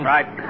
Right